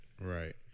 Right